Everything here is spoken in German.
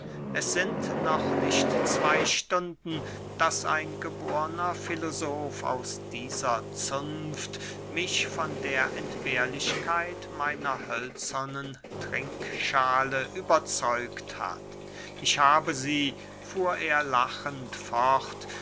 es sind noch nicht zwey stunden daß ein geborner filosof aus dieser zunft mich von der entbehrlichkeit meiner hölzernen trinkschale überzeugt hat ich habe sie fuhr er lachend fort